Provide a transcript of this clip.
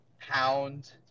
pound